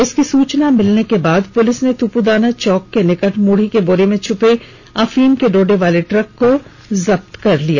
इसकी सुचना मिलने के बाद पुलिस ने तुपुदाना चौक के निकट मुढ़ी के बोरा में छपे अफीम के डोडे वाली ट्रक को जब्त कर लिया